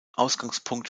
ausgangspunkt